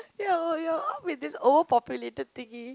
ya lor ya lor with this overpopulated thing